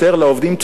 לעובדים,